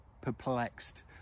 perplexed